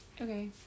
okay